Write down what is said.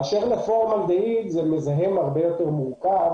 באשר לפורמלדהיד שזה מזהם הרבה יותר מורכב